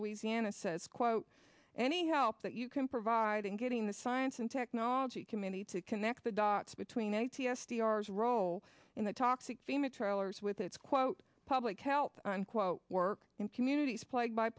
louisiana says quote any help that you can provide and getting the science and technology committee to connect the dots between a t s t ours role in the talks and fema trailers with its quote public health unquote work in communities plagued by